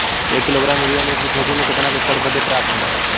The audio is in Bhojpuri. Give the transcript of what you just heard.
एक किलोग्राम यूरिया मिर्च क खेती में कितना एकड़ बदे पर्याप्त ह?